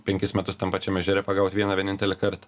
penkis metus tam pačiam ežere pagaut vieną vienintelį kart